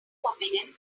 forbidden